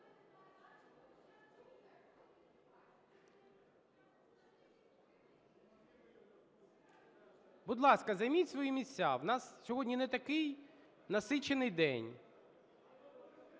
Будь ласка, займіть свої місця, в нас сьогодні не такий насичений день.